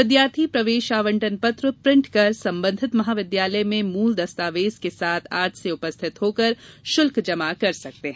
विद्यार्थी प्रवेश आवंटन पत्र प्रिन्ट कर संबंधित महाविद्यालय में मूल दस्तावेज के साथ आज से उपस्थित होकर शुल्क जमा कर सकते हैं